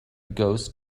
ghost